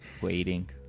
waiting